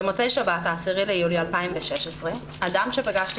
במוצאי שבת ה-10 ביולי 2016 אדם שפגשתי